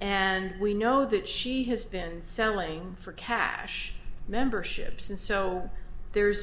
and we know that she has been selling for cash memberships and so there's